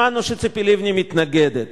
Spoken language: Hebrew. שמענו שציפי לבני מתנגדת.